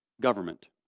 government